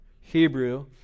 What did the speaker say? Hebrew